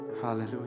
hallelujah